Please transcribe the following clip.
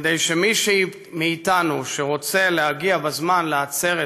כדי שמי מאיתנו שרוצה להגיע בזמן לעצרת